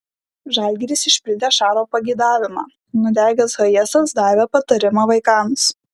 žalgiris išpildė šaro pageidavimą nudegęs hayesas davė patarimą vaikams